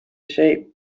shape